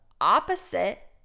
opposite